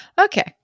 okay